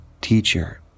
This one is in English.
teacher